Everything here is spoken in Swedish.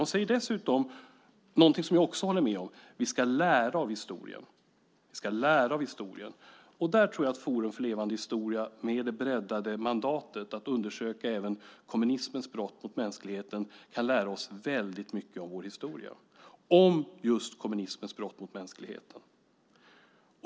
Hon säger dessutom någonting som jag också håller med om: Vi ska lära av historien. Där tror jag att Forum för levande historia med det breddade mandatet, att undersöka även kommunismens brott mot mänskligheten, kan lära oss väldigt mycket om vår historia och just om kommunismens brott mot mänskligheten.